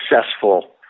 successful